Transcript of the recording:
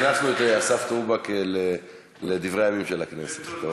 הכנסנו את אסף טרובק לדברי הימים של הכנסת.